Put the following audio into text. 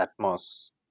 Atmos